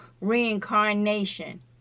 reincarnation